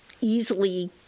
easily